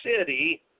city